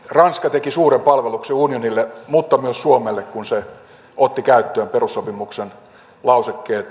ranska teki suuren palveluksen unionille mutta myös suomelle kun se otti käyttöön perussopimuksen lausekkeet